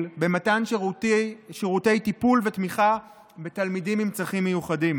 במתן שירותי טיפול ותמיכה בתלמידים עם צרכים מיוחדים.